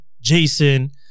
Jason